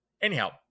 Anyhow